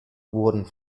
wurden